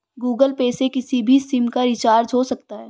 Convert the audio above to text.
Google Pay से किसी भी सिम का रिचार्ज हो सकता है